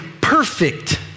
perfect